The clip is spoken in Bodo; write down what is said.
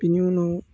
बिनि उनाव